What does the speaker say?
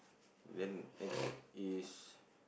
then next is